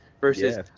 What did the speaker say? Versus